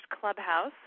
Clubhouse